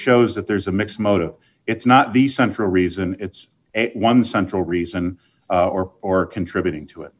shows that there's a mixed motive it's not the central reason it's a one central reason or or contributing to it